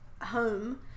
home